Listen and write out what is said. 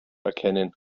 erkennen